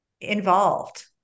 involved